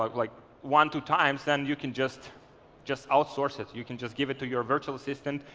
um like one two times, then you can just just outsource it. you can just give it to your virtual assistant,